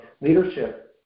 leadership